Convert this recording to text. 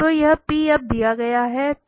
तो यह अब दिया गया है